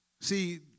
See